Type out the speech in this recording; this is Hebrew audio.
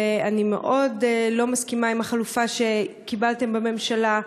ואני מאוד לא מסכימה עם החלופה שקיבלתם בממשלה,